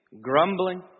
grumbling